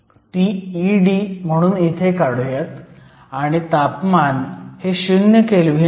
ती ED म्हणून इथे काढुयात आणि तापमान हे 0 केल्व्हीन आहे